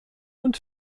und